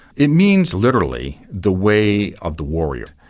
it means literally, the way of the warrior.